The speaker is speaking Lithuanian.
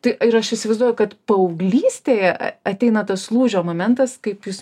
tai ir aš įsivaizduoju kad paauglystėje ateina tas lūžio momentas kaip jūs